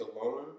alone